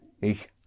Ich